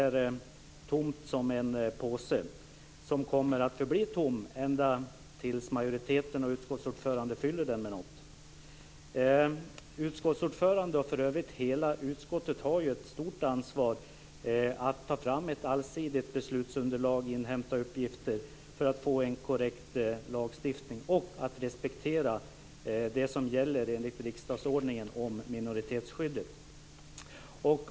Det är tomt som i en påse, och påsen kommer att förbli tom ända tills majoriteten och utskottsordföranden fyller den med något. Utskottsordföranden och för övrigt hela utskottet har ju ett stort ansvar att ta fram ett allsidigt beslutsunderlag och inhämta uppgifter för att få en korrekt lagstiftning och att respektera det som gäller enligt riksdagsordningen om minoritetsskyddet.